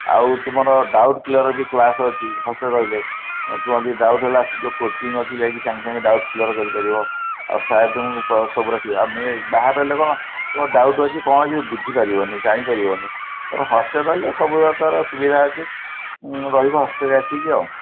ଆଉ ତୁମର doubt clear ବି କ୍ଳାସ୍ ଅଛି ହଷ୍ଟେଲ୍ରେ ରହିଲେ ଟୁମର ଯେଉଁ ଡାଉଟ୍ ରହିଲା ସେ ଯେଉଁ କୋଚିଂ ଅଛି ଯାଇକି ସାଙ୍ଗେ ସାଙ୍ଗେ ଡାଉଟ୍ କ୍ଲିଅର୍ କରିପାରିବ ଆଉ ସାର୍ ତୁମକୁ ବାହାରେ ରହିଲେ କ'ଣ ତୁମର ଡାଉଟ୍ ଅଛି କ'ଣ ଅଛି କିଛି ବୁଝିପାରିବନି ଜାଣିପାରିବନି ତେଣୁ ହଷ୍ଟେଲ୍ରେ ରହିଲେ ସବୁ ପ୍ରକାର ସୁବିଧା ଅଛି ରହିବ ହଷ୍ଟେଲ୍ରେ ଆସିକି ଆଉ